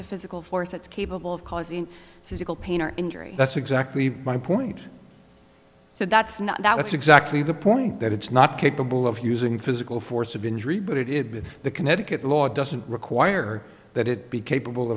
of physical force that's capable of causing physical pain or injury that's exactly my point so that's not that's exactly the point that it's not capable of using physical force of injury but it is with the connecticut law doesn't require that it be capable